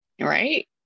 Right